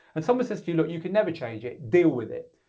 and someone says to you, look, you can never change it. deal with it.